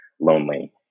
lonely